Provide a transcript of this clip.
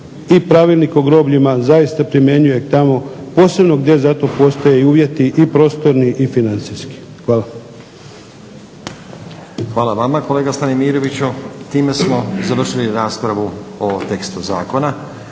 i Pravilnik o grobljima zaista primjenjuje tamo posebno gdje za to postoje uvjeti i prostorni i financijski. Hvala. **Stazić, Nenad (SDP)** Hvala vama kolega Stanimiroviću. Time smo završili raspravu o tekstu zakona.